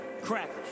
Crackers